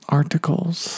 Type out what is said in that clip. articles